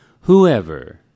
Whoever